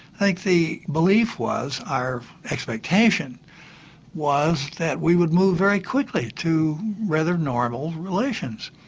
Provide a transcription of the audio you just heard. like the belief was, our expectation was, that we would move very quickly to rather normal relations.